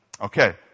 Okay